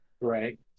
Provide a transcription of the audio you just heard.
right